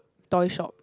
toy shop